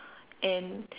and